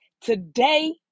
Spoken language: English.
Today